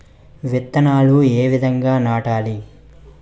విత్తనాలు ఏ విధంగా నాటాలి?